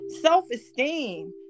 self-esteem